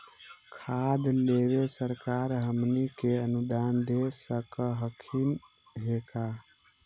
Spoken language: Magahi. खाद लेबे सरकार हमनी के अनुदान दे सकखिन हे का?